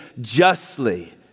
justly